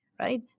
right